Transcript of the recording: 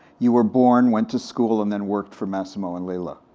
you were born, went to school, and then worked for massimo and lella.